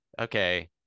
okay